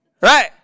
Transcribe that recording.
right